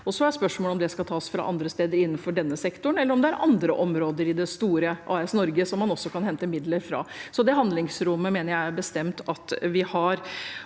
Spørsmålet er om det skal tas fra andre steder innenfor denne sektoren, eller om det er andre områder i det store AS Norge som man også kan hente midler fra. Så det handlingsrommet mener jeg bestemt at vi har.